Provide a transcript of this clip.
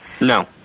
no